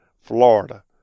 Florida